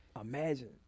imagine